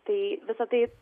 tai visa tai